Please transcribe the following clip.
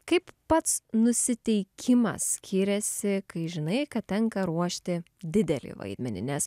kaip pats nusiteikimas skiriasi kai žinai kad tenka ruošti didelį vaidmenį nes